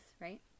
right